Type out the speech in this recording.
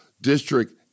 district